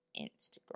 Instagram